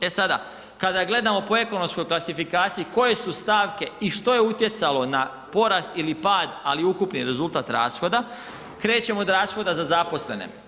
E sada, kada gledamo po ekonomskoj klasifikaciji koje su stavke i što je utjecalo na porast ili pad, ali i ukupni rezultat rashoda, krećemo od rashoda za zaposlene.